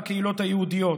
בקהילות היהודיות,